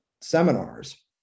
seminars